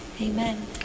Amen